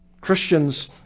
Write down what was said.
Christians